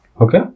Okay